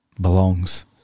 belongs